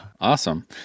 Awesome